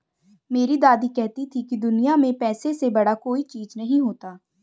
मेरी दादी कहती थी कि दुनिया में पैसे से बड़ा कोई चीज नहीं होता